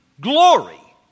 glory